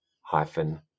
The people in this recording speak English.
hyphen